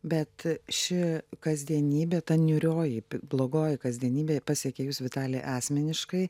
bet ši kasdienybė ta niūrioji blogoji kasdienybė pasiekė jus vitali asmeniškai